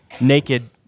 naked